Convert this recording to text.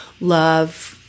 love